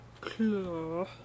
claw